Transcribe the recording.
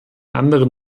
anderen